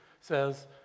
says